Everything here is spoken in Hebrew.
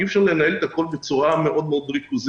אי אפשר לנהל את הכול בצורה מאוד מאוד ריכוזית.